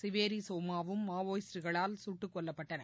சிவேரி சோமாவும் மாவோயிஸ்ட்டுகளால் சுட்டுக்கொல்லப்பட்டனர்